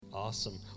Awesome